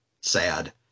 sad